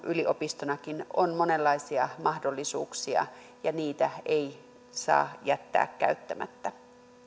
yliopistonakin on monenlaisia mahdollisuuksia ja niitä ei saa jättää käyttämättä